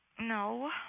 No